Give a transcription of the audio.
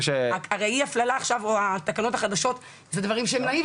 הרי אי ההפללה או התקנות החדשות אלה דברים שהם נעים,